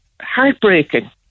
heartbreaking